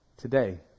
today